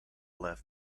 left